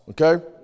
okay